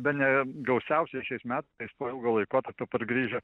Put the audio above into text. bene gausiausiai šiais metais po ilgo laikotarpio pargrįžę